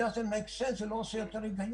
הדבר הזה לא עושה היגיון.